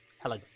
Hello